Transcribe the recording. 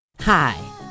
Hi